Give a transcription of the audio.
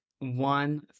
One